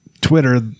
Twitter